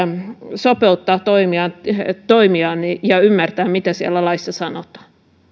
sopeuttaa toimiaan ja ymmärtää mitä siellä laissa sanotaan